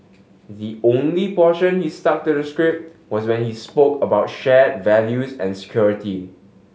the only portion he stuck to the script was when he spoke about shared values and security